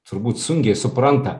turbūt sunkiai supranta